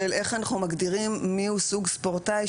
של איך אנחנו מגדירים מיהו סוג ספורטאי,